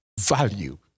value